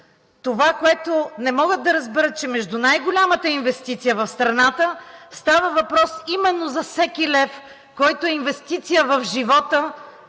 Това, което не могат да разберат, че между най-голямата инвестиция в страната – става въпрос именно за всеки лев, който е инвестиция в живота